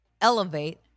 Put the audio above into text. elevate